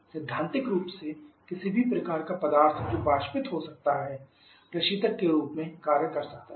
सैद्धांतिक रूप से किसी भी प्रकार का पदार्थ जो वाष्पित हो सकता है प्रशीतक के रूप में कार्य कर सकता है